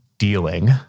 Dealing